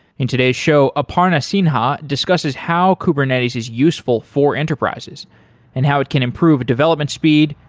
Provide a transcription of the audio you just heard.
in today's show, aparna sinha discusses how kubernetes is useful for enterprises and how it can improve development speed,